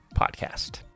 Podcast